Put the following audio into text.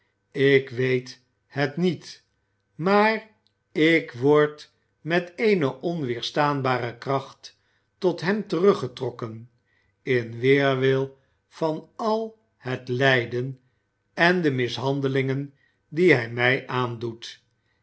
ik weet het niet maar ik word met eene onweerstaanbare kracht tot hem teruggetrokken in weerwil van al het lijden en de mishandelingen die hij mij aandoet